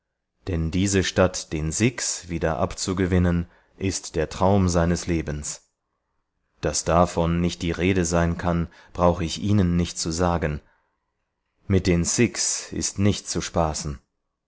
denn diese stadt den sikhs wieder abzugewinnen ist der traum seines lebens daß davon nicht die rede sein kann brauche ich ihnen nicht zu sagen mit den sikhs ist nicht zu spaßen